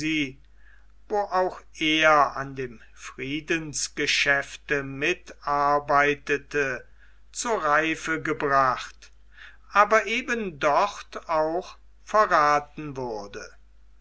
auch er an dem friedensgeschäfte mitarbeitete zur reife gebracht aber eben dort auch verrathen wurde